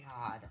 god